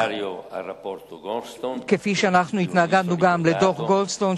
כאשר התפוצצו פצצות בארצכם,